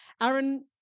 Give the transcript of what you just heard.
Aaron